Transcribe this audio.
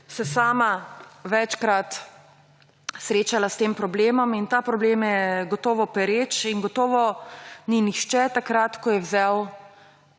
sama večkrat srečala s tem problemom. Ta problem je gotovo pereč in gotovo ni nihče takrat, ko je vzel